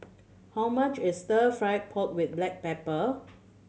how much is Stir Fry pork with black pepper